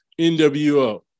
NWO